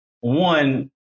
one